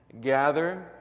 Gather